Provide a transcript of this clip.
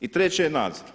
I treće je nadzor.